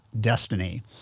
destiny